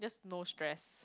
no stress